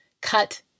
cut